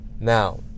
Now